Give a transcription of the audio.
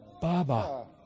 Baba